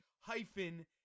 hyphen